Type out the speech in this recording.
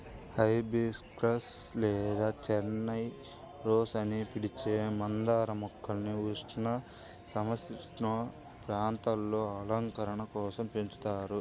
hibiscus లేదా China rose అని పిలిచే మందార మొక్కల్ని ఉష్ణ, సమసీతోష్ణ ప్రాంతాలలో అలంకరణ కోసం పెంచుతారు